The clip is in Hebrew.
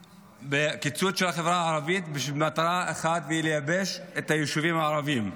קיצוץ של החברה הערבית בשביל מטרה אחת והיא לייבש את היישובים הערביים.